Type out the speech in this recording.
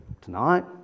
tonight